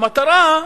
המטרה,